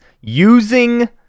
using